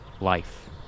life